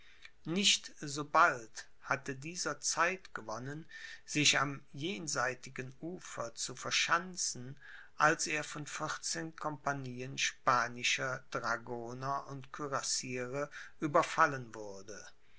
nicht so bald hatte dieser zeit gewonnen sich am jenseitigen ufer zu verschanzen als er von vierzehn compagnieen spanischer dragoner und kürassiere überfallen wurde